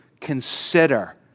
consider